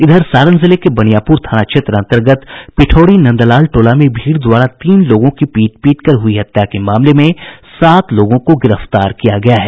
इधर सारण जिले के बनियापुर थाना क्षेत्र अंतर्गत पिठौरी नंदलाल टोला में भीड़ द्वारा तीन लोगों की पीट पीट कर हुयी हत्या के मामले में सात लोगों को गिरफ्तार किया गया है